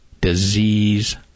disease